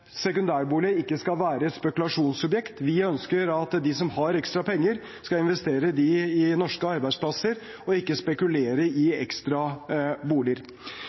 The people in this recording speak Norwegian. sekundærbolig ikke skal være et spekulasjonsobjekt. Vi ønsker at de som har ekstra penger, skal investere dem i norske arbeidsplasser og ikke spekulere i ekstra boliger.